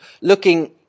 looking